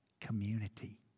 Community